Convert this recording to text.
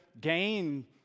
gain